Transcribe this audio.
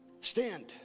Stand